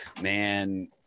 man